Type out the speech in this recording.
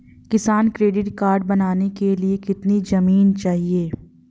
किसान credit card बनाने के लिए कितनी जमीन चाहिए?